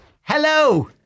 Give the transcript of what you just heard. Hello